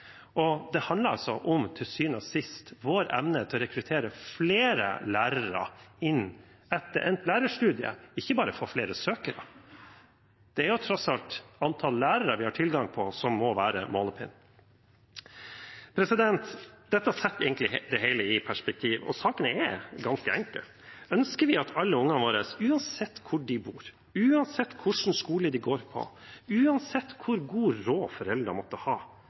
gjennomstrømning. Det handler til syvende og sist om vår evne til å rekruttere flere lærere inn etter endt lærerstudium, ikke bare få flere søkere. Det er tross alt antallet lærere vi har tilgang på, som må være målepinnen. Dette setter egentlig det hele i perspektiv, og saken er ganske enkel. Ønsker vi at alle ungene våre – uansett hvor de bor, uansett hvilken skole de går på, uansett hvor god råd foreldrene måtte ha